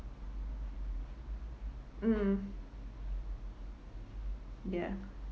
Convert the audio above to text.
mm ya